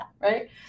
Right